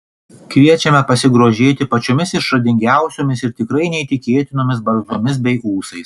kviečiame pasigrožėti pačiomis išradingiausiomis ir tikrai neįtikėtinomis barzdomis bei ūsais